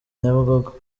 nyabugogo